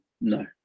No